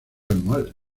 anual